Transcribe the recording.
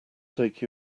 take